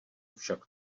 však